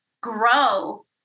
grow